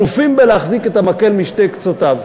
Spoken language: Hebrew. ואתם אלופים בלהחזיק את המקל בשני קצותיו,